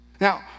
Now